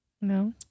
No